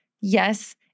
Yes